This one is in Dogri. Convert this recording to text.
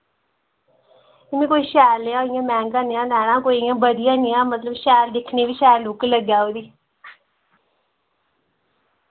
में कोई शैल नेहा इ'यां मैंह्गा नेहा लैना कोई इ'यां बधिया नेहा मतलब शैल दिक्खने बी शैल लुक्क लग्गै उ'दी